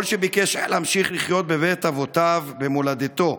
כל שביקש היה להמשיך לחיות בבית אבותיו, במולדתו,